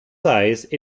size